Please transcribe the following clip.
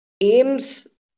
aims